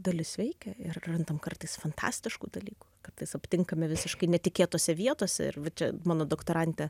dalis veikia ir randam kartais fantastiškų dalykų kartais aptinkame visiškai netikėtose vietose ir čia mano doktorantė